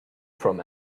from